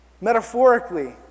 Metaphorically